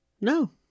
No